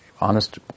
honest